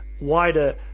wider